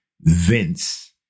Vince